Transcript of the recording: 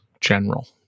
general